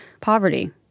poverty